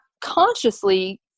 consciously